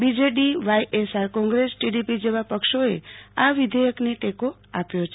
બી JD YSR Congress TDP જેવા પક્ષોએ આ વિધેયકને ટેકો આપ્યો છે